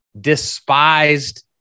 despised